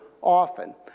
often